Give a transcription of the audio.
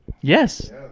yes